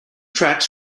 tracks